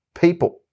People